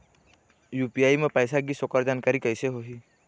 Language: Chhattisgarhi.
यू.पी.आई म पैसा गिस ओकर जानकारी कइसे होही?